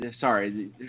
Sorry